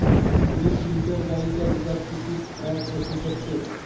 एक लिटर गाईच्या दुधात किती फॅट असू शकते?